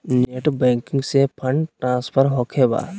Net banking से fund transfer होखें बा?